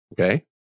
Okay